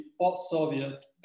post-Soviet